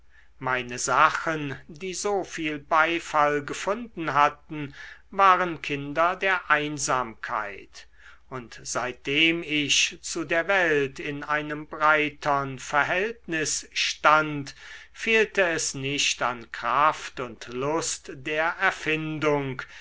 meine sachen die so viel beifall gefunden hatten waren kinder der einsamkeit und seitdem ich zu der welt in einem breitern verhältnis stand fehlte es nicht an kraft und lust der erfindung